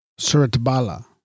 Suratbala